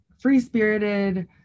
free-spirited